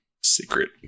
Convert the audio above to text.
secret